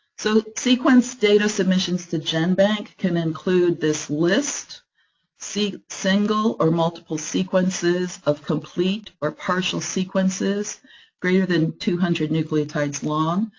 so sequenced data submissions to genbank can include this list single or multiple sequences of complete or partial sequences greater than two hundred nucleotides long.